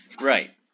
Right